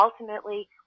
ultimately